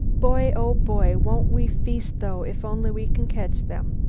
boy, oh, boy! won't we feast though if only we can catch them?